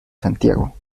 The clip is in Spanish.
santiago